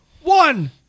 one